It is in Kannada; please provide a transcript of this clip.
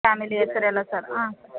ಫ್ಯಾಮಿಲಿ ಹೆಸರೆಲ್ಲ ಸರ್ ಹಾಂ